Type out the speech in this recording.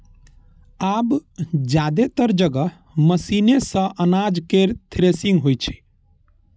आब जादेतर जगह मशीने सं अनाज केर थ्रेसिंग होइ छै